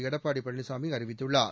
எடப்பாடி பழனிசாமி அறிவித்துள்ளார்